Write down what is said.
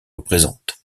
représentent